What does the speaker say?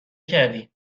کردی